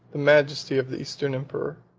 the majesty of the eastern emperor